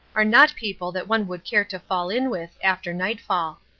are not people that one would care to fall in with after nightfall.